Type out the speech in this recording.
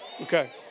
Okay